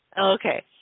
Okay